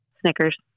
Snickers